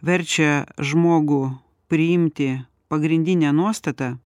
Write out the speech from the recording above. verčia žmogų priimti pagrindinę nuostatą